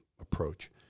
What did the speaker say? approach